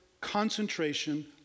concentration